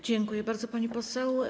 Dziękuję bardzo, pani poseł.